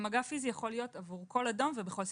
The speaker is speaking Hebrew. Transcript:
ומגע פיזי יכול להיות עבור כל אדם ובכל סיטואציה.